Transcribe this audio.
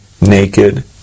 naked